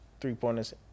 three-pointers